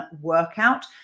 workout